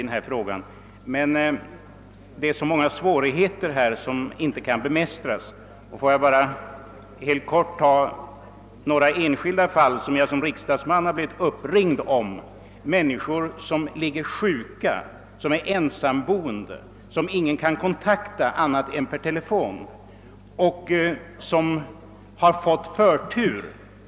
Det finns emellertid så många svårigheter som inte kan bemästras. Som riksdagsman har jag blivit uppringd om flera enskilda fall. Det har gällt människor som ligger sjuka, som är ensamboende, som ingen kan kontakta annat än per telefon och som har fått förtur.